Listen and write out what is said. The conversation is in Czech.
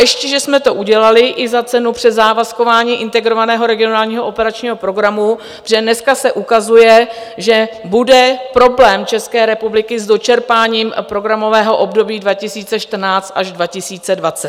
Ještě že jsme to udělali i za cenu přezávazkování Integrovaného regionálního operačního programu, protože dneska se ukazuje, že bude problém České republiky s dočerpáním programového období 2014 až 2020.